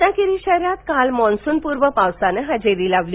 रत्नागिरी शहरात काल मान्सूनपूर्व पावसानं हजेरी लावली